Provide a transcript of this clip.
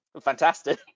Fantastic